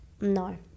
No